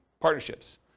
partnerships